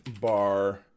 bar